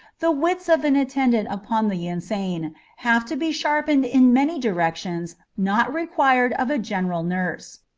the wits of an attendant upon the insane have to be sharpened in many directions not required of a general nurse.